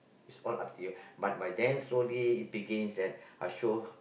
is all up to you but by then slowly it begins I show